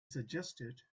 suggested